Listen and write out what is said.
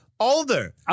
Older